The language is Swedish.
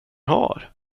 har